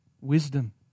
wisdom